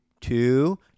two